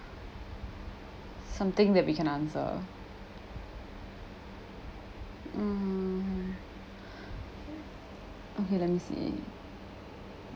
something that we can answer mm okay let me see